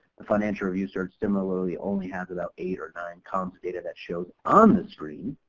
the financial review search similarly only has about eight or nine columns of data that show on the screen.